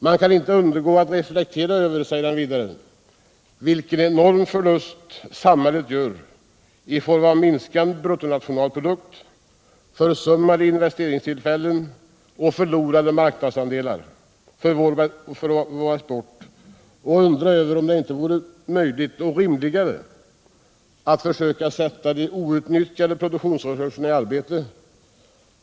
Man kan inte undgå att reflektera över vilken enorm förlust samhället gör i form av minskad bruttonationalprodukt, försummade investeringstillfällen och förlorade marknadsandelar för vår export och undra över om det inte vore möjligt och rimligare att försöka sätta de outnyttjade produktionsresurserna i arbete.